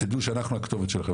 תדעו שאנחנו הכתובת שלכם,